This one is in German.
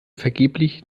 vergeblich